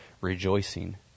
rejoicing